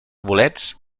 bolets